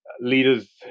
leaders